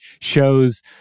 shows